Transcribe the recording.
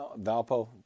Valpo